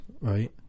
Right